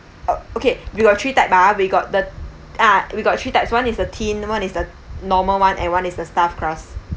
uh okay we got three type ah we got the ah we got three types one is the thin one is the normal one and one is the stuffed crust